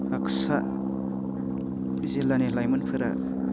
बाक्सा जिल्लानि लाइमोनफोरा